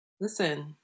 Listen